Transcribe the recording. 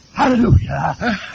Hallelujah